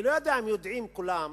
אני לא יודע אם יודעים כולם